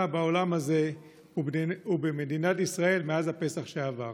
בעולם הזה ובמדינת ישראל מאז הפסח שעבר.